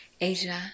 Asia